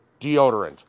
Deodorant